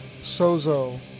Sozo